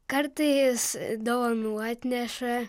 kartais dovanų atneša